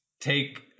take